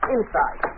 Inside